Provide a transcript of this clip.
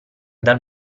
dal